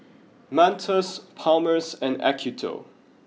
Mentos Palmer's and Acuto